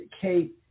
Kate